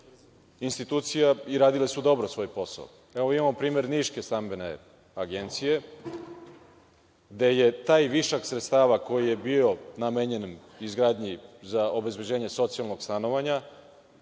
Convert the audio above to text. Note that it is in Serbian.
institucija i radile su dobro svoj posao. Evo, imamo primer niške stambene Agencije, gde je taj višak sredstava koji je bio namenjen izgradnji za obezbeđenje socijalnog stanovanja